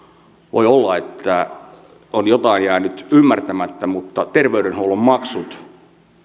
voi olla että on jotain jäänyt ymmärtämättä terveydenhuollon maksut